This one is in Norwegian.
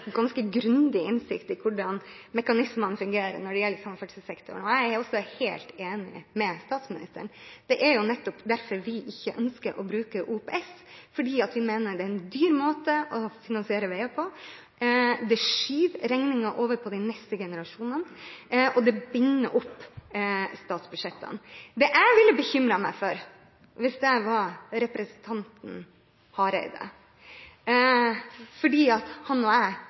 ganske grundig innsikt i hvordan mekanismene fungerer når det gjelder samferdselssektoren. Jeg er helt enig med statsministeren. Vi ønsker ikke å bruke OPS fordi vi mener det er en dyr måte å finansiere veier på. Det skyver regningen over på de neste generasjonene, og det binder opp statsbudsjettene. Det jeg ville bekymre meg for hvis jeg var representanten Hareide – han og jeg har samme syn når det gjelder bruken av bompenger, at det er